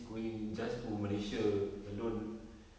going just to malaysia alone